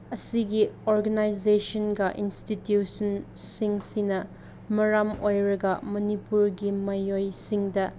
ꯑꯁꯤꯒꯤ ꯑꯣꯔꯒꯅꯥꯏꯖꯦꯁꯟꯒ ꯏꯟꯁꯇꯤꯇ꯭ꯌꯨꯁꯟꯁꯤꯡꯁꯤꯅ ꯃꯔꯝ ꯑꯣꯏꯔꯒ ꯃꯅꯤꯄꯨꯔꯒꯤ ꯃꯤꯑꯣꯏꯁꯤꯡꯗ